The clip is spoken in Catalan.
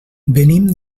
venim